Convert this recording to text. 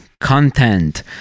content